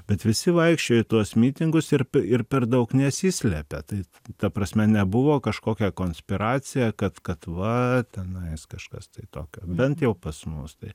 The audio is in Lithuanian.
bet visi vaikščiojo į tuos mitingus ir ir per daug nesislėpė tai ta prasme nebuvo kažkokia konspiracija kad kad va tenais kažkas tai tokio bent jau pas mus tai